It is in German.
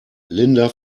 linda